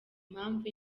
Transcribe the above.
impamvu